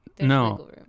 no